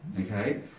okay